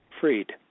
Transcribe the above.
freed